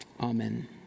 Amen